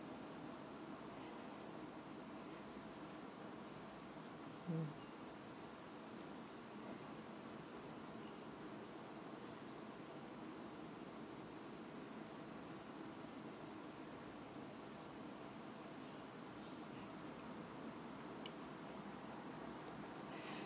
mm